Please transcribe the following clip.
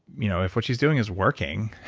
you know if what she's doing is working,